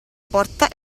porta